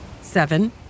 seven